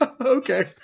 Okay